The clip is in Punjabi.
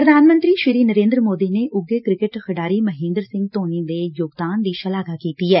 ਪ੍ਰਧਾਨ ਮੰਤਰੀ ਨਰੇਦਰ ਮੋਦੀ ਨੇ ਉੱਘੇ ਕ੍ਰਿਕੇਟ ਖਿਡਾਰੀ ਮਹੇਦਰ ਸਿੰਘ ਧੋਨੀ ਦੇ ਯੋਗਦਾਨ ਦੀ ਸ਼ਲਾਘਾ ਕੀਡੀ ਏ